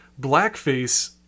Blackface